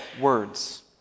words